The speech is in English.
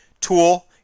tool